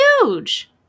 huge